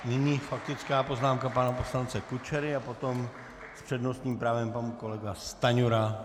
Nyní faktická poznámka pana poslance Kučery a potom s přednostním právem pan kolega Stanjura.